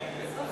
תשע.